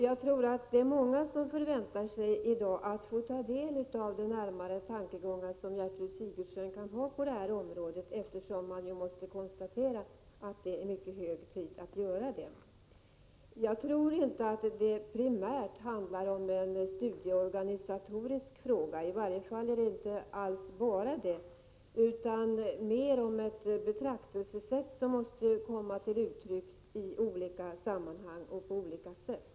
Jag tror att många i dag förväntar sig att få ta del av Gertrud Sigurdsens närmare tankegångar på detta område. Man måste ju konstatera att det är — Prot. 1986/87:40 hög tid att göra något. Jag tror inte att detta primärt är en studieorganisato 2 december 1986 risk fråga. Det är i varje fall inte enbart det, utan det är mer fråga om ett Om bibehållen tillgång betraktelsesätt som måste komma till uttryck i olika sammanhang och på - a på kompetenta sjukolika sätt.